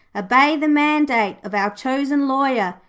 obey the mandate of our chosen lawyer,